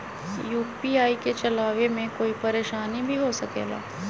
UPI के चलावे मे कोई परेशानी भी हो सकेला?